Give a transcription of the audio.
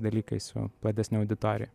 dalykais su platesne auditorija